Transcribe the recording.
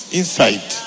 inside